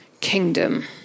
kingdom